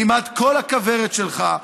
כמעט כל הכוורת שלך,